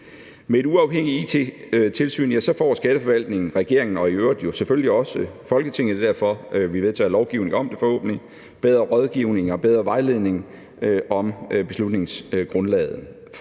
Med et uafhængigt it-tilsyn får Skatteforvaltningen, regeringen og i øvrigt selvfølgelig også Folketinget – det er derfor, vi vedtager lovgivning om det, forhåbentlig – bedre rådgivning og bedre vejledning om beslutningsgrundlaget,